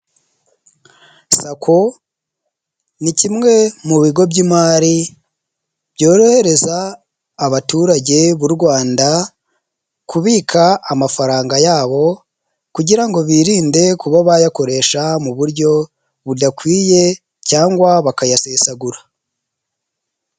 Sacco ni kimwe mu bigo by'imari byorohereza abaturage b'u rwanda kubika amafaranga yabo; kugira ngo birinde kuba bayakoresha mu buryo budakwiye cyangwa bakayasesagura.